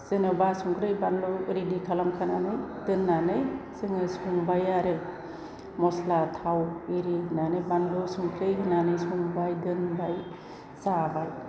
जेन'बा संख्रै बानलु रेडि खालामखानानै दोननानै जोङो संबाय आरो मस्ला थाव एरि होनानै बानलु संख्रि होनानै संबाय दोनबाय जाबाय